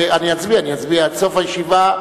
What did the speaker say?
אני אצביע, אני אצביע, למרות,